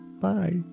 bye